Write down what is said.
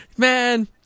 Man